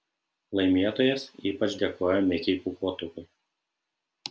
laimėtojas ypač dėkojo mikei pūkuotukui